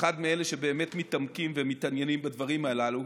מאלה שבאמת מתעמקים ומתעניינים בדברים הללו.